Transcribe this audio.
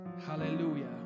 hallelujah